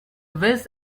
whiz